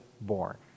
born